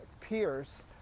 Pierce